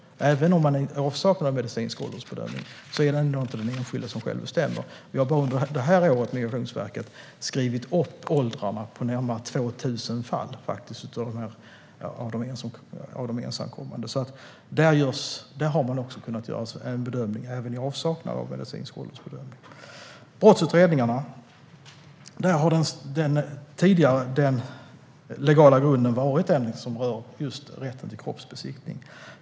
Även om man är i avsaknad av medicinsk åldersbedömning är det inte den enskilde som själv bestämmer. Bara under det här året har Migrationsverket skrivit upp åldrarna på närmare 2 000 fall av ensamkommande. Där har man alltså kunnat göra en bedömning även i avsaknad av medicinsk åldersbedömning. När det gäller brottsutredningarna har den legala grunden tidigare varit den som rör rätten till kroppsbesiktning.